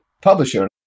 publisher